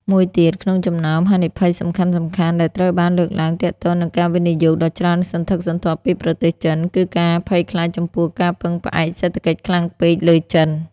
មួយទៀតក្នុងចំណោមហានិភ័យសំខាន់ៗដែលត្រូវបានលើកឡើងទាក់ទងនឹងការវិនិយោគដ៏ច្រើនសន្ធឹកសន្ធាប់ពីប្រទេសចិន គឺការភ័យខ្លាចចំពោះការពឹងផ្អែកសេដ្ឋកិច្ចខ្លាំងពេកលើចិន។